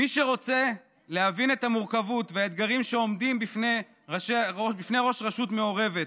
מי שרוצה להבין את המורכבות והאתגרים שעומדים בפני ראש רשות מעורבת,